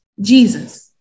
Jesus